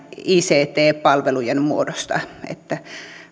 ict palvelujen muodossa että